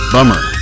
Bummer